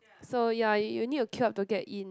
so ya you you need to queue up to get in